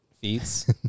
feats